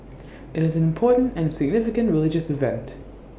IT is an important and significant religious event